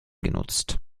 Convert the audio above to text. genutzt